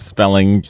Spelling